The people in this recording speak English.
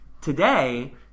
Today